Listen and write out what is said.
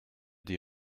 die